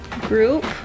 group